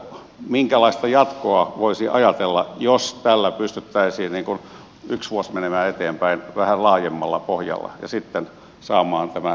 minkälaista jatkoa voisi ajatella jos tällä pystyttäisiin yksi vuosi menemään eteenpäin vähän laajemmalla pohjalla ja sitten saamaan tämä korjatuksi myöhemmin